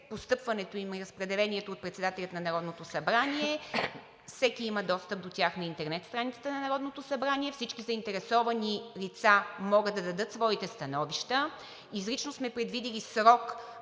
постъпването им и разпределението от председателя на Народното събрание – всеки има достъп до тях на интернет страницата на Народното събрание, всички заинтересовани лица могат да дадат своите становища. Изрично сме предвидили срок,